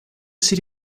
sit